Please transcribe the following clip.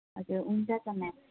हजुर हुन्छ त म्याम